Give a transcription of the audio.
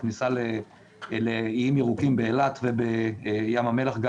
בכניסה לאיים ירוקים באילת וגם בכניסה לים המלח.